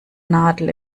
nadel